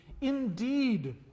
Indeed